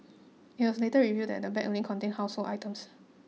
it was later revealed that the bag only contained household items